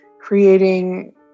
creating